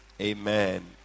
Amen